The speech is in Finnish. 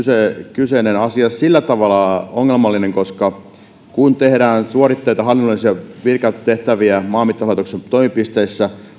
kyseinen asia on sillä tavalla ongelmallinen että kun tehdään suoritteita hallinnollisia virkatehtäviä maanmittauslaitoksen toimipisteissä